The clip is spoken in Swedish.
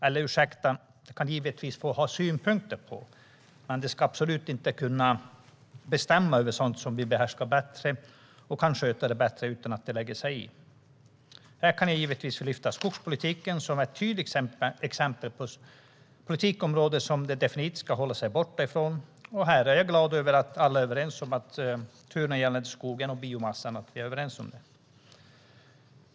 Eller ursäkta - de kan givetvis få ha synpunkter, men de ska absolut inte kunna bestämma över sådant som vi behärskar bättre och kan sköta bättre utan att de lägger sig i. Här kan jag givetvis lyfta fram skogspolitiken som ett tydligt exempel. Det är ett politikområde som de definitivt ska hålla sig borta från. Jag är glad över att alla är överens om turerna gällande skogen och biomassan.